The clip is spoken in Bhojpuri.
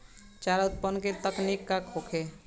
चारा उत्पादन के तकनीक का होखे?